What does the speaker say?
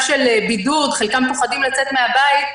מבני משפחות האסירים נמצאים בבידוד וחלקם פוחדים לצאת מהבית,